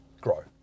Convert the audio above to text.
grow